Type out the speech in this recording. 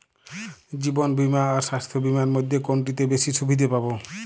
জীবন বীমা আর স্বাস্থ্য বীমার মধ্যে কোনটিতে বেশী সুবিধে পাব?